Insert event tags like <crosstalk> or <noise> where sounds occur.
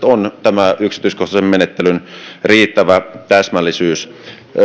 <unintelligible> on tämä yksityiskohtaisen menettelyn riittävä täsmällisyys